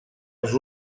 els